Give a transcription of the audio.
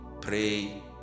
pray